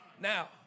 Now